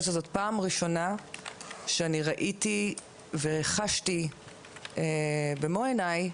שזאת פעם ראשונה שאני ראיתי וחשתי במו עיניי